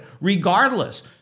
regardless